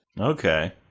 Okay